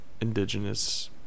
indigenous